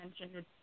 mentioned